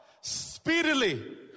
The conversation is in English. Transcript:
speedily